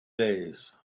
days